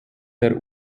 der